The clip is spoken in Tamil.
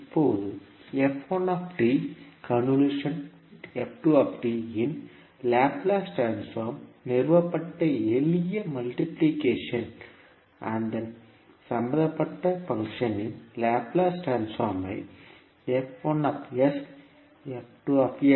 இப்போது இன் லாப்லேஸ் ட்ரான்ஸ்போர்ம் நிறுவப்பட எளிய மல்டிப்ளிகேஷன் அதன் சம்பந்தப்பட்ட பங்க்ஷன் இன் லாப்லேஸ் ட்ரான்ஸ்போர்ம் ஐ